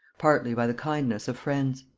partly by the kindness of friends.